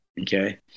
okay